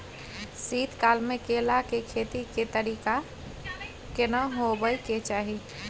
शीत काल म केला के खेती के तरीका केना होबय के चाही?